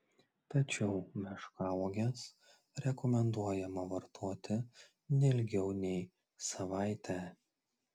tačiau meškauoges rekomenduojama vartoti ne ilgiau nei savaitę